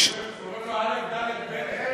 יקראו לך א"ד בנט.